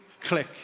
click